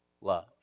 love